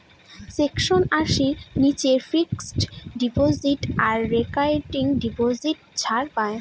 section আশির নীচে fixed deposit আর রেকারিং ডিপোজিট ছাড় পাই